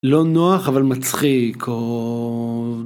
לא נוח אבל מצחיק.